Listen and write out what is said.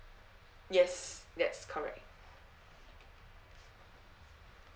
yes that's correct